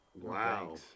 wow